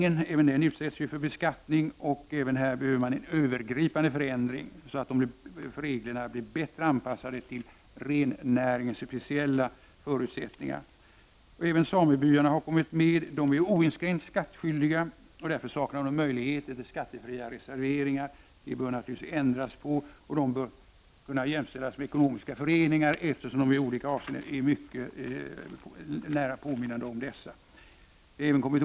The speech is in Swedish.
Även rennäringen utsätts ju för beskattning, och här behövs också en övergripande förändring, så att reglerna blir bättre anpassade till rennäringens speciella förutsättningar. Jag yrkar bifall till reservation 24. Även samebyarna har kommit med. Dessa är oinskränkt skattskyldiga och saknar därför möjlighet till skattefria reserveringar. Detta bör naturligtvis ändras, så att samebyarna jämställs med ekonomiska föreningar. De påminner ju i olika avseenden om dessa. Jag yrkar bifall till reservation 25.